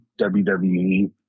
WWE